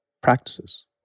practices